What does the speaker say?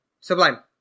Sublime